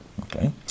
Okay